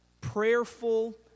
prayerful